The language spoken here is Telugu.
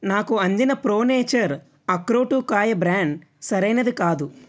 నాకు అందిన ప్రో నేచర్ అక్రోటుకాయ బ్రాండ్ సరైనది కాదు